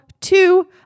Two